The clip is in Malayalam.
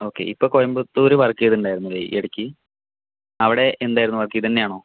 ഓക്കേ ഇപ്പോൾ കോയമ്പത്തൂർ വർക്ക് ചെയ്തിട്ടുണ്ടായിരുന്നല്ലേ ഈയിടക്ക് അവിടെ എന്തായിരുന്നു വർക്ക് ഇതു തന്നെയാണോ